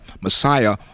messiah